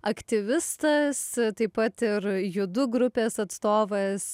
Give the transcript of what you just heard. aktyvistas taip pat ir judu grupės atstovas